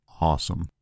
awesome